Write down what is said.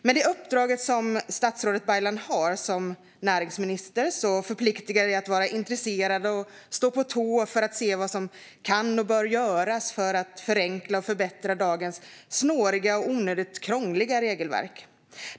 Med det uppdrag som statsrådet Baylan har som näringsminister förpliktar det att vara intresserad och stå på tå för att se vad som kan och bör göras för att förenkla och förbättra dagens snåriga och onödigt krångliga regelverk.